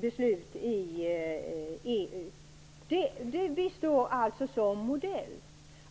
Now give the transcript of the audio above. beslut i EU.